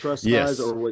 Yes